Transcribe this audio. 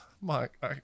Mike